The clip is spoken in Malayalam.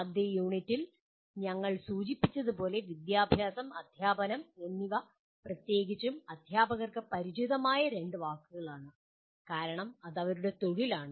ആദ്യ യൂണിറ്റിൽ ഞങ്ങൾ സൂചിപ്പിച്ചതുപോലെ "വിദ്യാഭ്യാസം" "അദ്ധ്യാപനം" എന്നിവ പ്രത്യേകിച്ചും അധ്യാപകർക്ക് പരിചിതമായ 2 വാക്കുകളാണ് കാരണം അത് അവരുടെ തൊഴിലാണ്